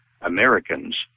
Americans